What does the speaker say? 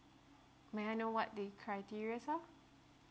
may I know what the criterias are